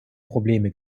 probleme